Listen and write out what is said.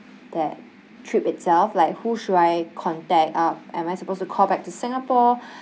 that trip itself like who should I contact uh am I supposed to call back to singapore